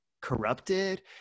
corrupted